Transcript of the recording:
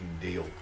deal